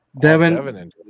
Devin